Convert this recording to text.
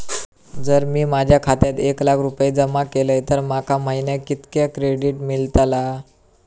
जर मी माझ्या खात्यात एक लाख रुपये जमा केलय तर माका महिन्याक कितक्या क्रेडिट मेलतला?